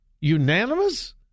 Unanimous